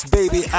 baby